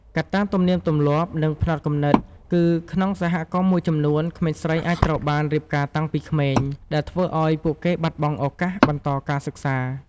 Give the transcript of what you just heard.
កត្តាទំនៀមទម្លាប់ និងផ្នត់គំនិត គឺក្នុងសហគមន៍មួយចំនួន ក្មេងស្រីអាចត្រូវបានរៀបការតាំងពីក្មេង ដែលធ្វើឲ្យពួកគេបាត់បង់ឱកាសបន្តការសិក្សា។